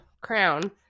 crown